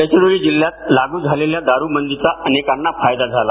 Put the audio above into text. गडचिरोली जिल्ह्यात लागू झालेल्या दारूबंदीचा अनेकांना फायदा झाला